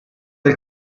del